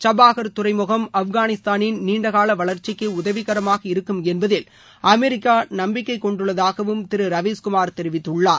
ஜப்பார் துறைமுகம் ஆப்கானிஸ்தானின் நீண்டகால வளர்ச்சிக்கு உதவிகரமாக இருக்கும் என்பதில் அமெரிக்கா நம்பிக்கை கொண்டுள்ளதாகவும் திரு ரவீஸ்குமார் தெரிவித்தார்